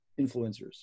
influencers